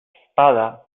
espada